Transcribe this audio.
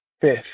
fifth